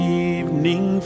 evening